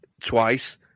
twice